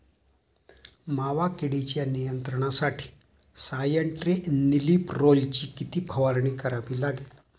मावा किडीच्या नियंत्रणासाठी स्यान्ट्रेनिलीप्रोलची किती फवारणी करावी लागेल?